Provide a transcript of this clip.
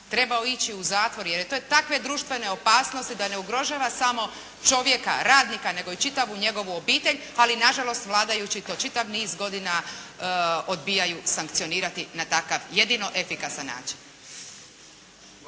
trebao ići u zatvor, jer to je takve društvene opasnosti da ne ugrožava samo čovjeka, radnika, nego i čitavu njegovu obitelj. Ali na žalost vladajući to čitav niz godina odbijaju sankcionirati na takav jedino efikasan način.